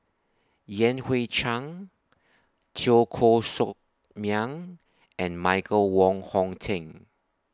Yan Hui Chang Teo Koh Sock Miang and Michael Wong Hong Teng